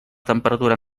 temperatura